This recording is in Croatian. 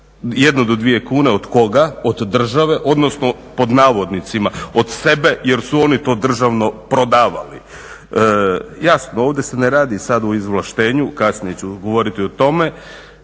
za 1 do 2 kune. Od koga? Od države odnosno "od sebe" jer su oni to državno prodavali. Jasno, ovdje se ne radi sada o izvlaštenju, kasnije ću govoriti o tome